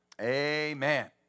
Amen